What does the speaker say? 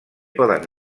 poden